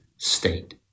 state